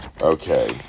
Okay